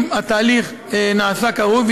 אם התהליך נעשה כראוי,